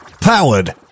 powered